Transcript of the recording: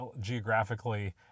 geographically